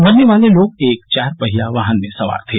मरने वाले लोग एक चारपहिया वाहन में सवार थे